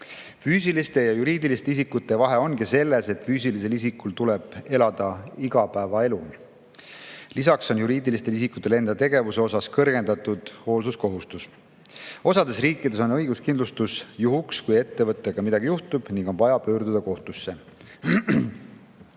Füüsiliste ja juriidiliste isikute vahe ongi selles, et füüsilisel isikul tuleb elada igapäevaelu. Lisaks [kaasneb] juriidilistel isikutel enda tegevusega kõrgendatud hoolsuskohustus. Osades riikides on õiguskindlustus juhuks, kui ettevõttega midagi juhtub ning on vaja pöörduda kohtusse.